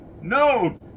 No